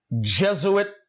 Jesuit